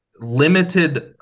limited